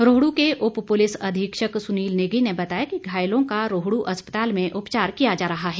रोहड् के उप पुलिस अधीक्षक सुनील नेगी ने बताया कि घायलों का रोहडू अस्पताल में उपचार किया जा रहा है